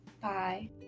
Bye